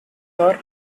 are